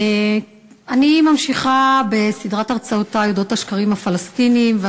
אני ממשיכה בסדרת הרצאותי על אודות השקרים הפלסטיניים.